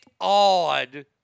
odd